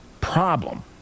problem